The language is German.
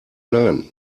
nein